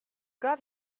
got